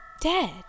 Dead